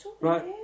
Right